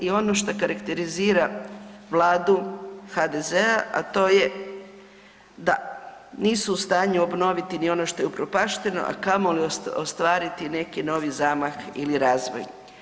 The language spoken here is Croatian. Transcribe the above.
I ono što karakterizira Vladu HDZ-a, a to je da nisu u stanju obnoviti ni ono što je upropašteno, a kamoli ostvariti neki novi zamah ili razvoj.